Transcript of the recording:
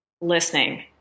listening